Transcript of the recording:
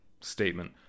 statement